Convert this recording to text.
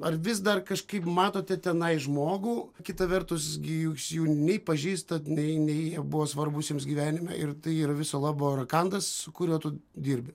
ar vis dar kažkaip matote tenai žmogų kita vertus gi jūs jų nei pažįstat nei nei jie buvo svarbūs jums gyvenime ir tai yra viso labo rakandas su kuriuo tu dirbi